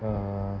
uh